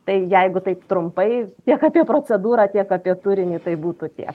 tai jeigu taip trumpai tiek apie procedūrą tiek apie turinį tai būtų tiek